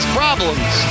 problems